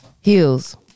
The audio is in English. Heels